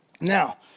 Now